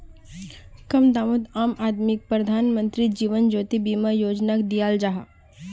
कम दामोत आम आदमीक प्रधानमंत्री जीवन ज्योति बीमा योजनाक दियाल जाहा